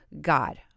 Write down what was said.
God